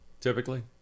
Typically